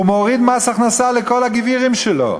הוא מוריד מס הכנסה לכל הגבירים שלו,